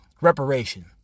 reparation